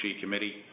committee